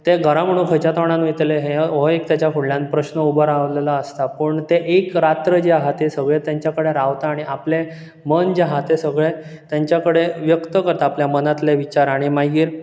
तें घरा म्हणून खंयचे तोंडान वयतलें हें हो एक तेच्या फुडल्यान प्रश्न उबो रावलेलो आसता पूण तें एक रात्र जी आहा ती सगळें तेंच्या कडेन रावता आनी आपलें मन जें आहा तें सगळें तेंच्या कडेन व्यक्त करता आपल्या मनांतले विचार आनी मागीर